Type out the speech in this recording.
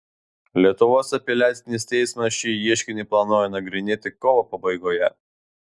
lietuvos apeliacinis teismas šį ieškinį planuoja nagrinėti kovo pabaigoje